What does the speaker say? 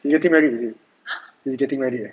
he getting married is it he's getting married eh